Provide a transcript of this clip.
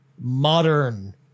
modern